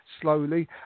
slowly